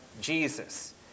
Jesus